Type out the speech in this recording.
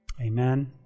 Amen